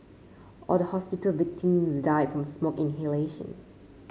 all the hospital victims died from smoke inhalation